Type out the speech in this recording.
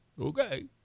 Okay